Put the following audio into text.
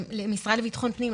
למשרד לביטחון פנים,